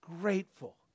grateful